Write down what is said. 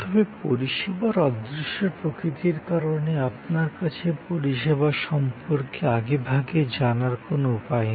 তবে পরিষেবার অদৃশ্য প্রকৃতির কারণে আপনার কাছে পরিষেবা সম্পর্কে আগে ভাগে জানার কোনও উপায় নেই